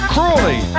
Crawley